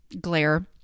glare